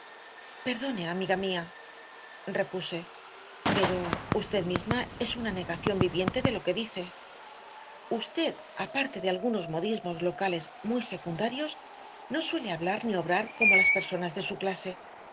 perdone amiga mía repuse pero usted misma es una negación viviente de lo que dice usted aparte de algunos modismos locales muy secundarios no suele hablar ni obrar como las personas de su clase